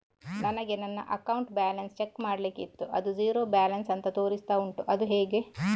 ನನಗೆ ನನ್ನ account balance check ಮಾಡ್ಲಿಕ್ಕಿತ್ತು ಅದು ಝೀರೋ ಬ್ಯಾಲೆನ್ಸ್ ಅಂತ ತೋರಿಸ್ತಾ ಉಂಟು ಅದು ಹೇಗೆ?